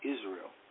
Israel